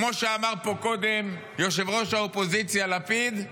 כמו שאמר פה קודם ראש האופוזיציה לפיד,